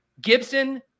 Gibson